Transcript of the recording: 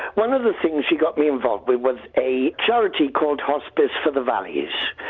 one of the things she got me involved with was a charity called hospice for the valleys.